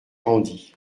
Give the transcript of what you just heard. rendit